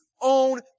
own